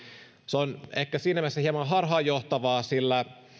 se on ehkä siinä mielessä hieman harhaanjohtavaa